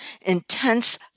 intense